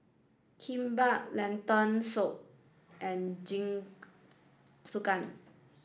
Kimbap Lentil soup and Jingisukan